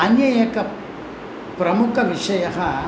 अन्यः एकः प्रमुखः विषयः